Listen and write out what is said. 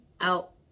out